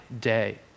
day